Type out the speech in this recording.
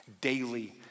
daily